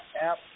app